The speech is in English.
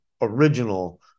original